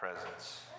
presence